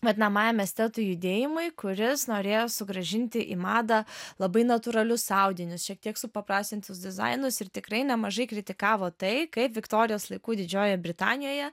vadinamajam estetų judėjimui kuris norėjo sugrąžinti į madą labai natūralius audinius šiek tiek supaprastintus dizainus ir tikrai nemažai kritikavo tai kaip viktorijos laikų didžiojoje britanijoje